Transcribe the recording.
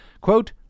quote